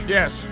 Yes